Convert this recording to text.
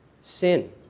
Sin